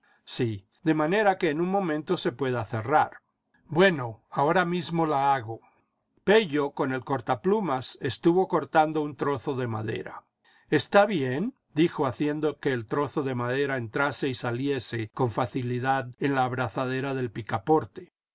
sí de manera que en un momento se pueda cerrar bueno ahora mismo la hago pello con el cortaplumas estuvo cortando un trozo de madera está bien dijo haciendo que el trozo de madera entrase y saliese con facilidad en la abrazadera del picaporte